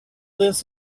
this